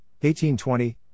1820